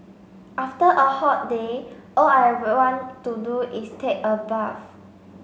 after a hot day all I want to do is take a bath